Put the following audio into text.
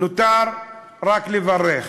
נותר רק לברך.